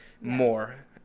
more